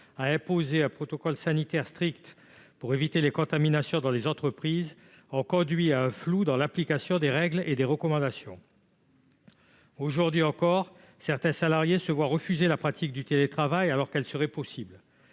l'imposition d'un protocole sanitaire strict pour éviter les contaminations dans les entreprises ont conduit à un flou dans l'application des règles et des recommandations. Aujourd'hui encore, certains salariés se voient refuser la pratique du télétravail alors que cette dernière serait possible,